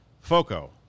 FOCO